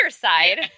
side